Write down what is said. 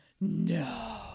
no